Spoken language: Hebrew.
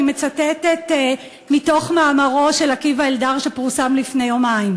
אני מצטטת מתוך מאמרו של עקיבא אלדר שפורסם לפני יומיים,